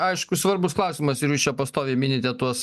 aišku svarbus klausimas ir jūs čia pastoviai minite tuos